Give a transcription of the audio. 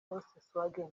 volkswagen